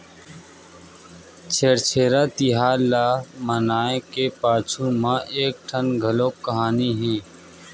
छेरछेरा तिहार ल मनाए के पाछू म एकठन घलोक कहानी हे